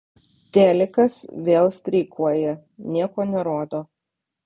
telikas vėl streikuoja nieko nerodo